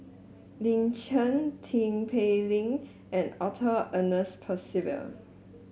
Lin Chen Tin Pei Ling and Arthur Ernest Percival